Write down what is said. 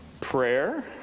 Prayer